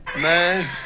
Man